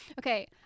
Okay